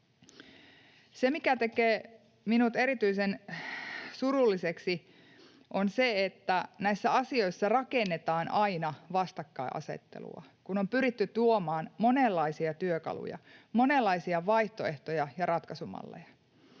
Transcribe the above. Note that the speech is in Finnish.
Se, mikä tekee minut erityisen surulliseksi, on se, että näissä asioissa rakennetaan aina vastakkainasettelua, kun on pyritty tuomaan monenlaisia työkaluja, monenlaisia vaihtoehtoja ja ratkaisumalleja.